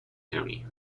county